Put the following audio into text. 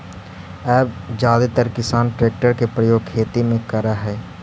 अब जादेतर किसान ट्रेक्टर के प्रयोग खेती में करऽ हई